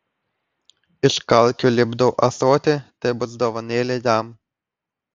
iš kalkių lipdau ąsotį tai bus dovanėlė jam